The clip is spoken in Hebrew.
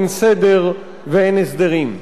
אין סדר ואין הסדרים.